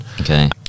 Okay